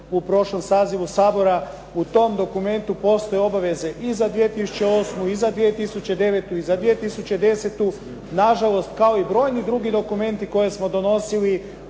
u prošlom sazivu Sabora. u tom dokumentu postoje obaveze i za 2008., i za 2009. i za 2010. Na žalost kao i brojni drugi dokumenti koje smo donosili